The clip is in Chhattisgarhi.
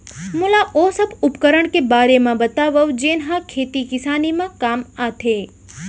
मोला ओ सब उपकरण के बारे म बतावव जेन ह खेती किसानी म काम आथे?